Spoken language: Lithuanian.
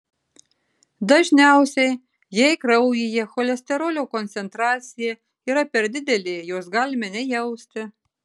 dažniausiai jei kraujyje cholesterolio koncentracija yra per didelė jos galime nejausti